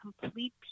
complete